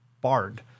BARD